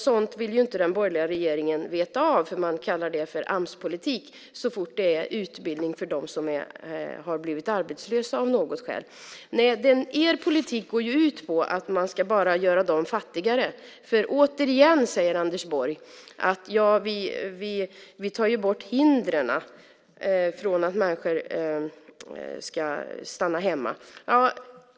Sådant vill ju inte den borgerliga regeringen veta av. Man kallar det för Amspolitik så fort det är utbildning för dem som har blivit arbetslösa av något skäl. Er politik går ju ut på att man bara ska göra dem fattigare. Anders Borg säger: Vi tar bort hindren som får människor att stanna hemma.